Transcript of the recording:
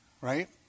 right